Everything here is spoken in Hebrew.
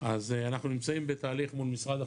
אז אנחנו נמצאים בתהליך מול משרד החקלאות,